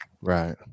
Right